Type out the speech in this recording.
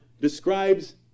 describes